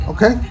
Okay